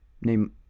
name